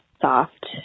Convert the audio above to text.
soft